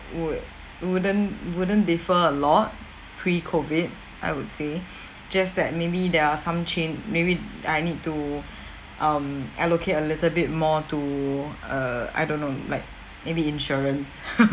would wouldn't wouldn't differ a lot pre-COVID I would say just that maybe there are some chan~ maybe I need to um allocate a little bit more to err I don't know like maybe insurance